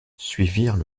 suivirent